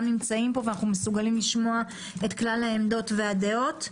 נמצאים כאן ואנחנו מסוגלים לשמוע את כלל העמדות והדעות.